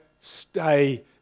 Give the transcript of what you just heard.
stay